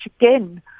again